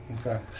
Okay